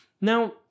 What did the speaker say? Now